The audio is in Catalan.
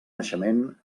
naixement